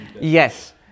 yes